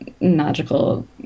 magical